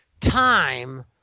time